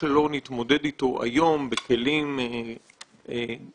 שלא נתמודד אתו היום בכלים דרמטיים,